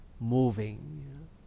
moving